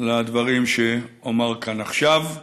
לדברים שאומר כאן עכשיו.